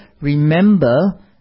remember